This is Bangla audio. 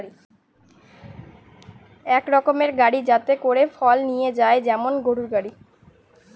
এক রকমের গাড়ি যাতে করে ফল নিয়ে যায় যেমন গরুর গাড়ি